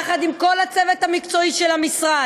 יחד עם כל הצוות המקצועי של המשרד.